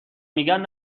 میگن